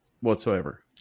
whatsoever